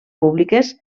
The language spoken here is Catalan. públiques